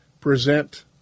present